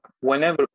Whenever